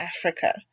Africa